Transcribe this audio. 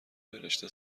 برشته